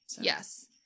Yes